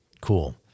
Cool